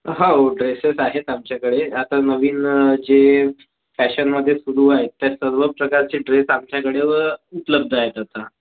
हो ड्रेसेस आहेत आमच्याकडे आता नवीन जे फॅशनमध्ये सुरू आहे त्या सर्व प्रकारचे ड्रेस आमच्याकडे व उपलब्ध आहेत आता